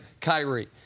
Kyrie